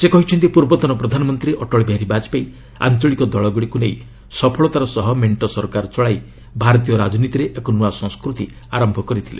ସେ କହିଛନ୍ତି ପୂର୍ବତନ ପ୍ରଧାନମନ୍ତ୍ରୀ ଅଟଳ ବିହାରୀ ବାଜପେୟୀ ଆଞ୍ଚଳିକ ଦଳଗୁଡ଼ିକୁ ନେଇ ସଫଳତାର ସହ ମେଣ୍ଟ ସରକାର ଚଳାଇ ଭାରତୀୟ ରାଜନୀତିରେ ଏକ ନୂଆ ସଂସ୍କୃତି ଆରମ୍ଭ କରିଥିଲେ